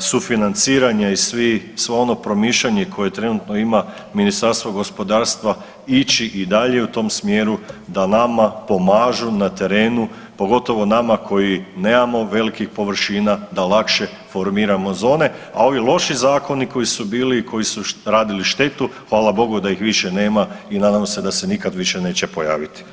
sufinanciranja i svo ono promišljanje koje trenutno ima Ministarstvo gospodarstva ići i dalje u tom smjeru da nama pomažu na terenu, pogotovo nama koji nemamo velikih površina da lakše formiramo zone, a ovi loši zakoni koji su bili i koji su radili štetu, hvala Bogu da ih više nema i nadam se da se nikad više neće pojaviti.